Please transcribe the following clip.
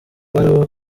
baruwa